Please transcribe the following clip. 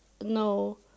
no